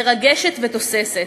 מרגשת ותוססת,